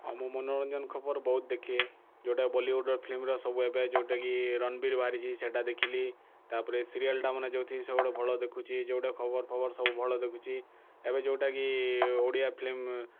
ହଁ ମୁଁ ମନୋରଞ୍ଜନ ଖବର ବହୁତ ଦେଖେ ଯେଉଁଟା ବଲିଉଡ଼୍ର ଫିଲ୍ମର ସବୁ ଏବେ ଯେଉଁଟା କି ରଣବୀର ବାହାରିଛି ସେଟା ଦେଖିଲି ତା'ପରେ ସିରିଏଲ୍ଟା ମାନେ ଯେଉଁଥି ସବୁକି ଭଲ ଦେଖୁଛି ଯେଉଁଟା ଖବର ଫବର ସବୁ ଭଲ ଦେଖୁଛି ଏବେ ଯେଉଁଟା କି ଓଡ଼ିଆ ଫିଲ୍ମ